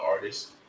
artists